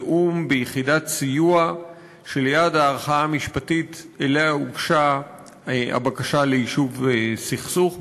תיאום ביחידת סיוע שליד הערכאה המשפטית שאליה הוגשה הבקשה ליישוב סכסוך,